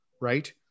right